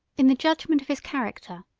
in the judgment of his character,